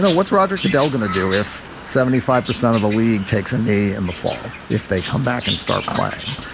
so what's roger goodell going to do if seventy five percent of the league takes a knee in the fall, if they come back and start playing?